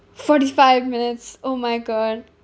forty five minutes oh my god